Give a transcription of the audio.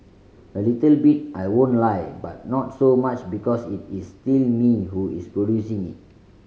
a little bit I won't lie but not so much because it is still me who is producing it